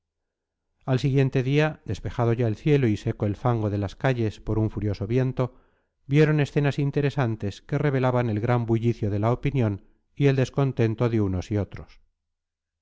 al siguiente día despejado ya el cielo y seco el fango de las calles por un furioso viento vieron escenas interesantes que revelaban el gran rebullicio de la opinión y el descontento de unos y otros